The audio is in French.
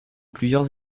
plusieurs